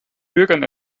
bürgern